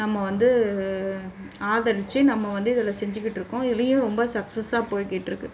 நம்ம வந்து ஆதரித்து நம்ம வந்து இதில் செஞ்சுக்கிட்டு இருக்கோம் இதுலேயும் ரொம்ப சக்ஸாக போய்கிட்டுருக்கு